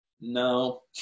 No